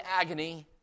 agony